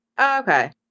okay